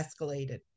escalated